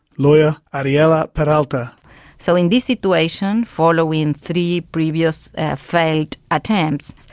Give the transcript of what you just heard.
like yeah ariela peralta so in this situation, following three previous failed attempts,